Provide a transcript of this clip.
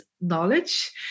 knowledge